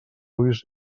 ulls